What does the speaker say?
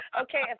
Okay